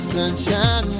sunshine